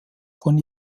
von